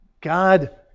God